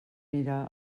mirar